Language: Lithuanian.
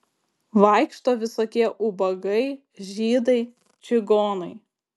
vaikšto visokie ubagai žydai čigonai